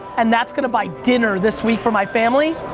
and that's gonna buy dinner this week for my family.